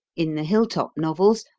in the hill-top novels,